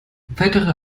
weitere